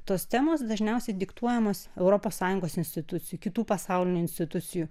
tos temos dažniausiai diktuojamos europos sąjungos institucijų kitų pasaulinių institucijų